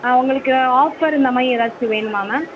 ஆ உங்களுக்கு ஆஃபர் இந்தமாதிரி ஏதாச்சும் வேணுமா மேம்